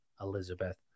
Elizabeth